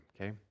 okay